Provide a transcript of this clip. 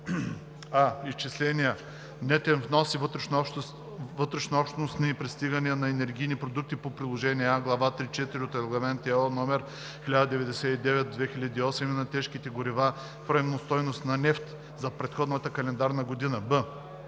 а) изчисления нетен внос и вътрешнообщностни пристигания на енергийните продукти по приложение А, глава 3.4 от Регламент (ЕО) № 1099/2008 и на тежките горива в равностойност на нефт за предходната календарна година; б)